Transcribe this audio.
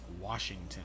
Washington